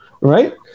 right